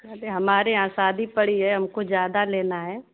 अरे हमारे यहाँ शादी पड़ी है हमको ज़्यादा लेना है